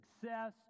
success